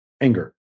anger